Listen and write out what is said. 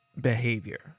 behavior